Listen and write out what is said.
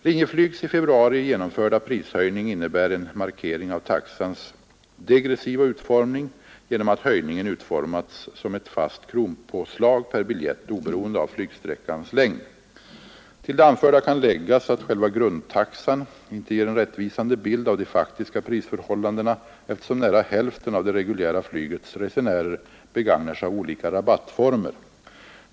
Linjeflygs i februari genomförda prishöjning innebär en markering av taxans degressiva utformning genom att höjningen utformats som ett fast kronpåslag per biljett oberoende av flygsträckans längd. Till det anförda kan läggas att själva grundtaxan inte ger en rättvisande bild av de faktiska prisförhållandena, eftersom nära hälften av det reguljära flygets resenärer begagnar sig av olika rabattformer.